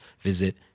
visit